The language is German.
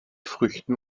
früchten